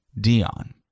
Dion